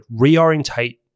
reorientate